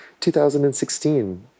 2016